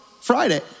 Friday